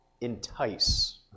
entice